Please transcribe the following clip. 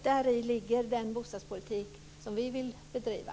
Det är den bostadspolitik som vi vill bedriva.